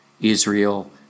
Israel